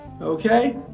Okay